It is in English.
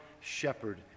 shepherd